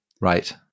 right